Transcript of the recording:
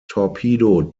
torpedo